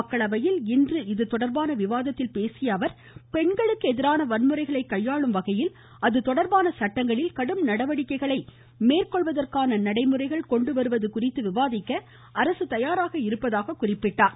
மக்களவையில் இன்று இப்பிரச்சனை தொடர்பான விவாதத்தில் பேசியஅவர் பெண்களுக்கு எதிரான வன்முறைகளைக் கையாளும் வகையில் அது தொடர்பான சட்டங்களில் கடும் நடவடிக்கைகளை மேற்கொள்வதற்கான நடைமுறைகள் கொண்டுவருவது குறித்து விவாதிக்க அரசு தயாராக இருப்பதாகவும் குறிப்பிட்டார்